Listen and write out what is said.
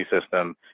system